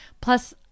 plus